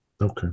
Okay